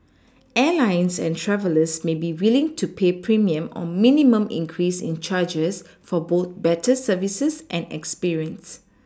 Airlines and travellers may be willing to pay premium or minimum increase in charges for both better services and experience